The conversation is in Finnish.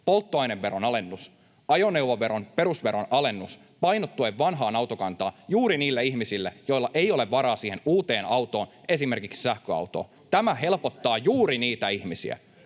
Polttoaineveron alennus, ajoneuvoveron perusveron alennus painottuen vanhaan autokantaan, juuri niille ihmisille, joilla ei ole varaa siihen uuteen autoon, esimerkiksi sähköautoon. Tämä helpottaa juuri niitä ihmisiä.